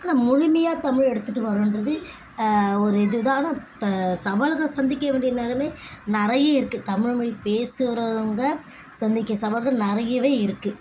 ஆனால் முழுமையாக தமிழை எடுத்துட்டு வர்றோம்ன்றது ஒரு இதுதான் ஆனால் சவால்கள் சந்திக்க வேண்டிய நிலமை நிறைய இருக்குது தமிழ்மொழி பேசுகிறவங்க சந்திக்க சவால்கள் நிறையவே இருக்குது